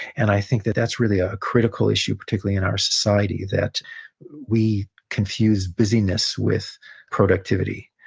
and i think that that's really a critical issue, particularly in our society, that we confuse busyness with productivity.